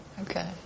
Okay